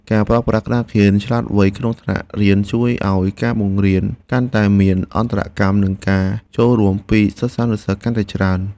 ការប្រើប្រាស់ក្តារខៀនឆ្លាតវៃក្នុងថ្នាក់រៀនជួយឱ្យការបង្រៀនកាន់តែមានអន្តរកម្មនិងការចូលរួមពីសិស្សានុសិស្សកាន់តែច្រើន។